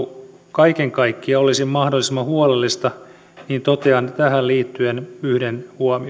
kaiken kaikkiaan olisi mahdollisimman huolellista niin totean tähän liittyen yhden huomion